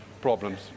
problems